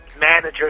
manager